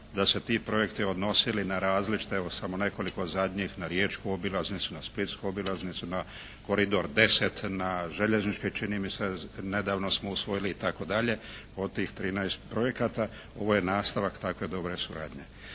da se ti projekti odnosili na različite, samo nekoliko zadnjih, na riječku obilaznicu, na splitsku obilaznicu, na Koridor X, na željezničke čini mi se nedavno smo usvojili, itd. Od tih 13 projekata ovo je nastavak takve dobre suradnje.